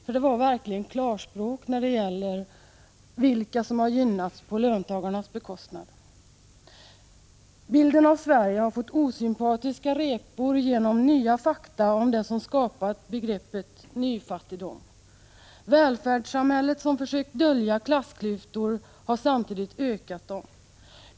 Han talade verkligen klarspråk när han redovisade vilka som har gynnats på löntagarnas bekostnad. Bilden av Sverige har fått osympatiska repor genom nya fakta om det som skapat begreppet ”nyfattigdom”. Välfärdssamhället, som försökt dölja klassklyftor, har samtidigt ökat dem.